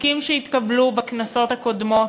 חוקים שהתקבלו בכנסות הקודמות,